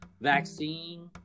vaccine